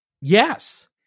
Yes